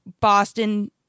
Boston